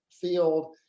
field